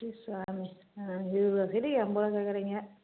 அடி சாமி ஆ இருபதுருவா சேலைக்கு ஐம்பதுருவா கேக்கிறீங்க